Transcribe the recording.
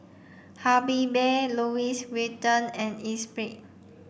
Habibie Louis Vuitton and Esprit